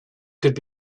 could